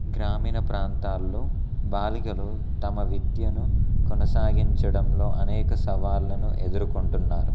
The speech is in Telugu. గ్రామీణ ప్రాంతాల్లో బాలికలు తమ విద్యను కొనసాగించడంలో అనేక సవాళ్ళను ఎదుర్కొంటున్నారు